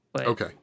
Okay